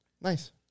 Nice